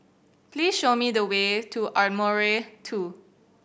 please show me the way to Ardmore Two